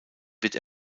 wird